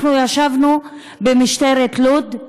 אנחנו ישבנו במשטרת לוד,